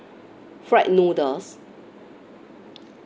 fried noodles